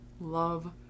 love